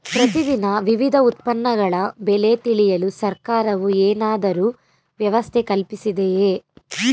ಪ್ರತಿ ದಿನ ವಿವಿಧ ಉತ್ಪನ್ನಗಳ ಬೆಲೆ ತಿಳಿಯಲು ಸರ್ಕಾರವು ಏನಾದರೂ ವ್ಯವಸ್ಥೆ ಕಲ್ಪಿಸಿದೆಯೇ?